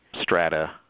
Strata